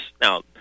Now